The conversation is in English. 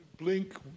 Blink